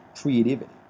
creativity